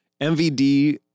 MVD